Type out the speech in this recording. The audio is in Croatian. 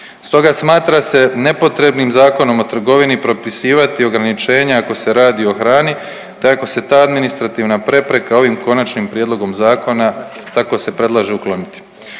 Stoga smatra se nepotrebnim Zakonom o trgovini propisivati ograničenja ako se radi o hrani, tako se ta administrativna prepreka ovim Konačnim prijedlogom zakona, tako se predlaže ukloniti.